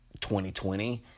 2020